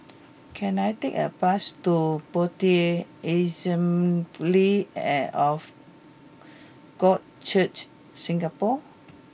can I take a bus to Bethel Assembly of God Church Singapore